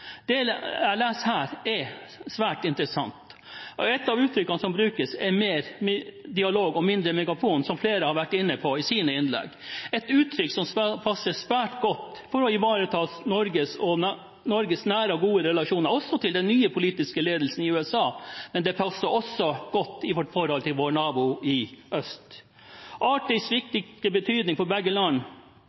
Det jeg leser her, er svært interessant. Et av uttrykkene som brukes, er «mer dialog og mindre megafon», som flere har vært inne på i sine innlegg – et uttrykk som passer svært godt for å ivareta Norges nære og gode relasjoner til den nye politiske ledelsen i USA, men det passer også godt i vårt forhold til vår nabo i øst. Arktis’ viktige betydning for begge land